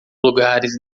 lugares